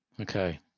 okay